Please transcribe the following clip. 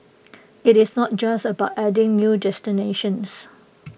IT is not just about adding new destinations